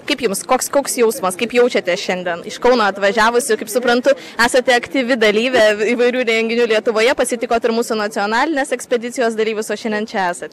kaip jums koks koks jausmas kaip jaučiatės šiandien iš kauno atvažiavusi kaip suprantu esate aktyvi dalyvė įvairių renginių lietuvoje pasitikot ir mūsų nacionalinės ekspedicijos dalyvius o šiandien čia esat